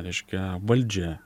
reiškia valdžia